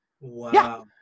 wow